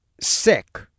sick